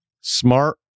Smart